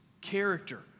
Character